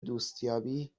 دوستیابی